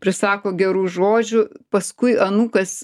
prisako gerų žodžių paskui anūkas